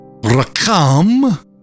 Rakam